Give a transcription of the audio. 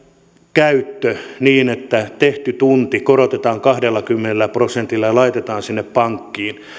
käyttö niin että tehty tunti korotetaan kahdellakymmenellä prosentilla ja laitetaan sinne pankkiin